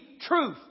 truth